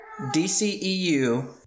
DCEU